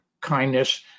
kindness